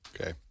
Okay